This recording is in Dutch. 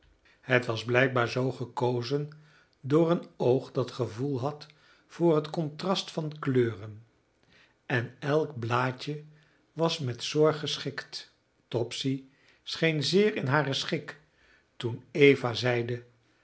het was blijkbaar zoo gekozen door een oog dat gevoel had voor het contrast van kleuren en elk blaadje was met zorg geschikt topsy scheen zeer in haren schik toen eva zeide